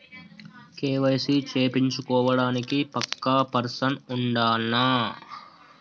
KYC చేపిచ్చుకోవడానికి పక్కా person ఉండాల్నా?